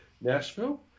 Nashville